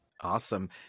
awesome